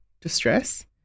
distress